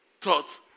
thoughts